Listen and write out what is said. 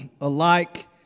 alike